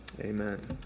amen